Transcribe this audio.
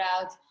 out